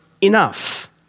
enough